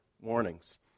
warnings